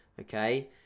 Okay